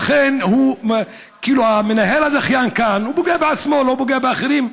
לכן המנהל הזכיין כאן פוגע בעצמו, לא פוגע באחרים.